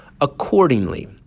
Accordingly